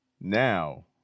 Now